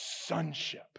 sonship